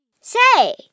Say